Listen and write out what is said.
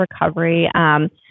recovery